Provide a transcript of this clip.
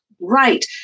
right